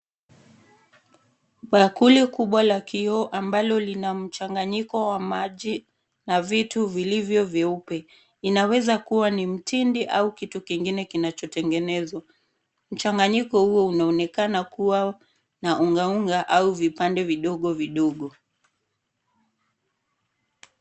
Bakuli kubwa la kioo ambalo lina mchanganyiko wa maji na vitu vilivyo vyeupe. Inaweza kuwa ni mtindi au kitu kingine kinachotengenezwa. Mchanganyiko huo unaonekana kuwa na unga unga au vipande vidogo vidogo.